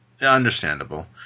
Understandable